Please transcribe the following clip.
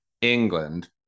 England